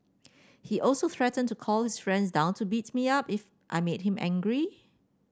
he also threatened to call his friends down to beat me up if I made him angry